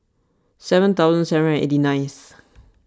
seven thousand seven and eighty ninth